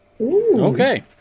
Okay